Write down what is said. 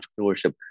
entrepreneurship